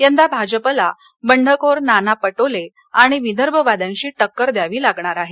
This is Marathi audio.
यंदा भाजपाला बंडखोर नाना पटोले आणि विदर्भवाद्यांशी टक्कर द्यावी लागणार आहे